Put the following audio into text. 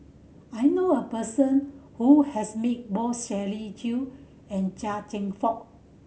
I know a person who has met both Shirley Chew and Chia Cheong Fook